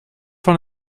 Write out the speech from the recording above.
van